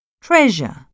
Treasure